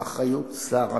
באחריות שר הפנים.